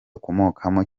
akomokamo